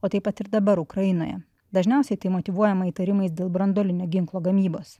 o taip pat ir dabar ukrainoje dažniausiai tai motyvuojama įtarimais dėl branduolinio ginklo gamybos